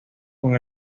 con